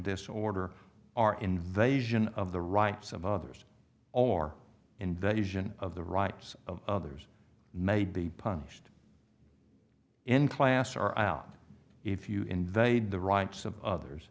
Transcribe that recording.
disorder our invasion of the rights of others or invasion of the rights of others may be punished in class or out if you invade the rights of others